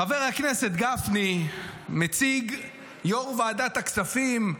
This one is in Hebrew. חבר הכנסת גפני מציג, יו"ר ועדת הכספים,